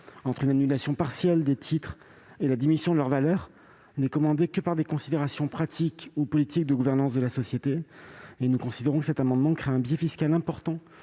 savoir l'annulation partielle des titres ou la diminution de leur valeur, n'est commandé que par des considérations pratiques ou politiques de gouvernance de la société. Cet amendement créerait un biais fiscal important,